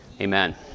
Amen